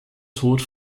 tod